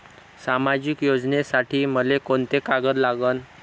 सामाजिक योजनेसाठी मले कोंते कागद लागन?